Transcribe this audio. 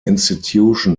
institution